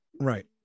Right